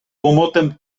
łomotem